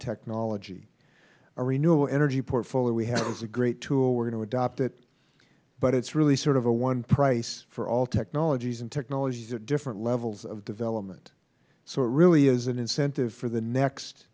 technology a renewable energy portfolio we have is a great tool we are going to adopt it but it is really sort of a one price for all technologies and technologies are at different levels of development so it really is an incentive for the next